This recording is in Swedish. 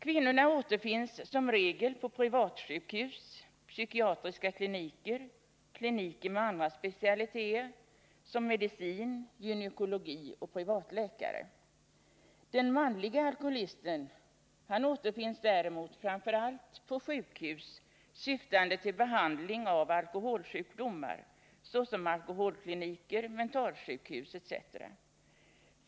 Kvinnorna återfinns som regel på privatsjukhus, psykiatriska kliniker och kliniker med andra specialiteter såsom medicin och gynekologi samt hos privatläkare. Den manlige alkoholisten återfinns däremot framför allt på sjukhus syftande till behandling av alkoholsjukdomar såsom alkoholkliniker, mentalsjukhus etc.